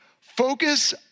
focus